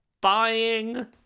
Buying